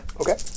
Okay